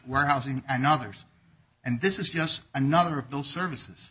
warehousing and others and this is just another of those services